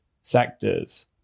sectors